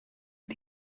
the